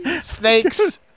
Snakes